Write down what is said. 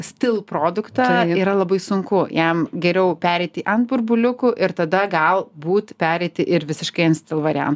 stil produktą yra labai sunku jam geriau pereiti ant burbuliukų ir tada gal būt pereiti ir visiškai ant stil varian